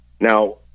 Now